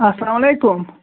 اسلام علیکُم